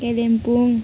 Kalimpong